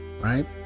Right